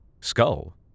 Skull